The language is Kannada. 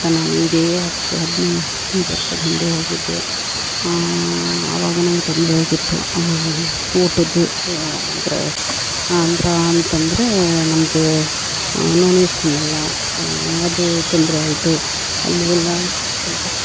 ನಾನು ಇದೇ ಹತ್ತು ಹದ್ನೈ ಹದಿನೈದು ವರ್ಷದ ಹಿಂದೆ ಹೋಗಿದ್ದೆ ಆವಾಗ ನನ್ಗೆ ತೊಂದರೆ ಆಗಿತ್ತು ಊಟದ್ದು ಅಂದರೆ ಆಂಧ್ರ ಅಂತಂದರೆ ನಮಗೆ ನಾನ್ ವೆಜ್ ತಿನ್ನಲ್ಲ ಅದು ತೊಂದರೆ ಆಯಿತು ಅಲ್ಲಿ ಎಲ್ಲ ಸ್ವಲ್ಪ